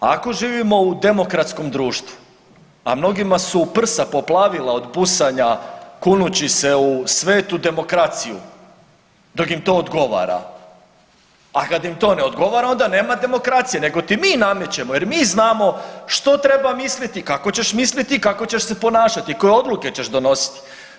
Ako živimo u demokratskom društva, a mnogima su prsa poplavila od busanja kunući se u svetu demokraciju dok im to odgovara, a kad im to ne odgovora onda nema demokracije, nego ti mi namećemo jer mi znamo što treba misliti, kako ćeš misliti i kako ćeš se ponašati i koje odluke ćeš donositi.